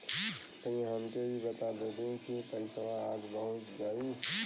तनि हमके इ बता देती की पइसवा आज पहुँच जाई?